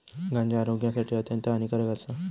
गांजा आरोग्यासाठी अत्यंत हानिकारक आसा